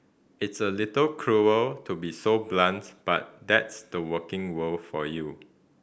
it's a little cruel to be so blunt but that's the working world for you